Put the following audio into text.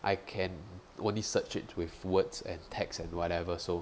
I can only search it with words and texts and whatever so